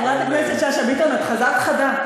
חברת הכנסת שאשא ביטון, את חזרת חדה.